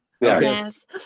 yes